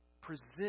Present